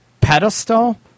pedestal